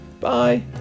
Bye